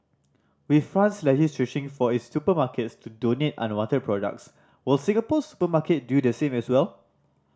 with France legislating for its supermarkets to donate unwanted products will Singapore's supermarket do the same as well